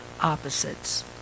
opposites